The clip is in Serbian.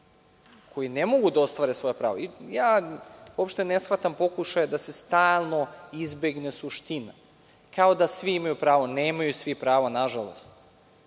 koji ne mogu da ostvare svoja prava… Uopšte ne shvatam pokušaje da se stalno izbegne suština, kao da svi imaju pravo. Nemaju svi pravo, nažalost.